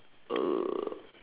uh